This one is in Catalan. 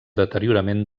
deteriorament